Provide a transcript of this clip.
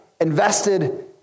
invested